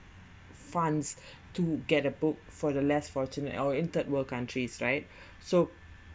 funds to get a book for the less fortunate our in third world countries right so